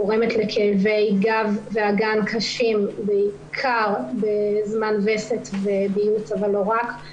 גורמת לכאבי גב ואגן קשים בעיקר בזמן וסת וביוץ אבל לא רק,